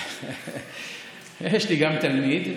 יש לי גם תלמיד,